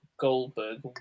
goldberg